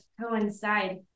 coincide